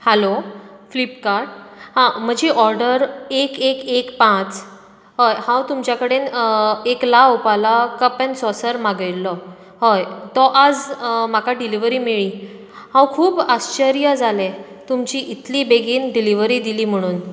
hello Flipkart हां म्हजी order एक एक एक पांच हय हांव तुमचें कडेन एक ला ओपाला कप अँड सॉसर मागयल्लों हय तो आज म्हाका डिलीवरी मेळळी हांव खूब आश्चर्य जालें तुमचीं इतलीं बेगीन डिलीवरी दिली म्हणून